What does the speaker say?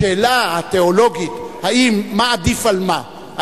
השאלה התיאולוגית מה עדיף על מה,